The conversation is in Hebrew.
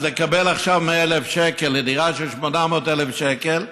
אז לקבל עכשיו 100,000 שקלים לדירה של 800,000 שקלים,